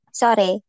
sorry